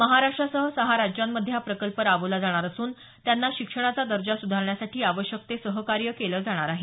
महाराष्ट्रासह सहा राज्यांमध्ये हा प्रकल्प राबवला जाणार असून त्यांना शिक्षणाचा दर्जा सुधारण्यासाठी आवश्यक ते सहकार्य केलं जाणार आहे